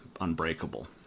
Unbreakable